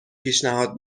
پیشنهاد